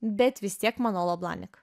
bet vis tiek manolo blahnik